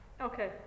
Okay